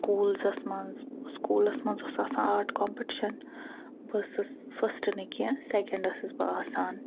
سُکوٗلزس منٛز سُکوٗلس منٛز اوس آسان آرٹ کمپِٹشن بہٕ ٲسٕس فسٹ نہٕ کیٚنٛہہ سٮ۪کٮ۪نٛڈ ٲسٕس بہٕ آسان